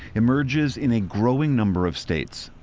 emerges in a growing number of states.